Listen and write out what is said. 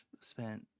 spent